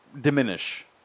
diminish